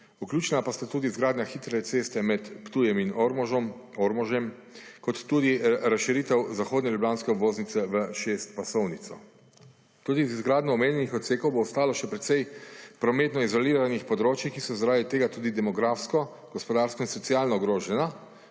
Vključena pa sta tudi izgradnja hitre ceste med Ptujem in Ormožem kot tudi razširitev zahodne ljubljanske obvoznice v šestpasovnico. Tudi z izgradnjo omenjenih odsekov bo ostalo še precej prometno izoliranih področij, ki so 52. TRAK: (SC) – 13.15 (nadaljevanje) zaradi tega tudi demografsko, gospodarsko in socialno ogrožena,